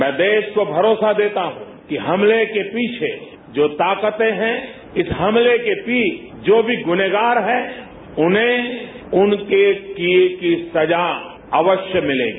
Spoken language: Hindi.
मैं देश को भरोसा देता हूं कि हमले के पीछे जो ताकतें हैं इस हमले के पीछे जो भी गुनहगार हैं उन्हें उनके किए की सजा अवश्य मिलेगी